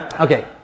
Okay